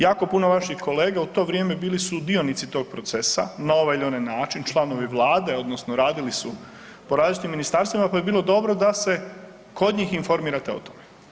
Jako puno vaših kolega u to vrijeme bili su dionici tog procesa na ovaj ili onaj način, članovi vlade odnosno radili su po različitim ministarstvima pa bi bilo dobro da se kod njih informirate o tome.